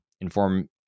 inform